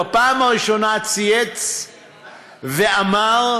בפעם הראשונה צייץ ואמר: